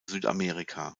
südamerika